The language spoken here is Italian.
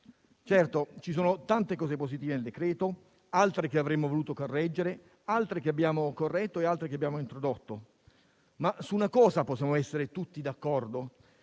Certo, ci sono tante cose positive nel decreto, altre che avremmo voluto correggere, altre che abbiamo corretto e altre che abbiamo introdotto, ma su una cosa possiamo essere tutti d'accordo